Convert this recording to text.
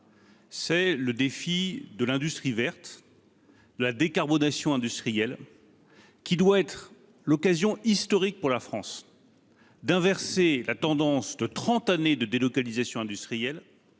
: le défi de l'industrie verte et de la décarbonation industrielle. Ce doit être l'occasion historique pour la France d'inverser la tendance, après trente années de délocalisations industrielles,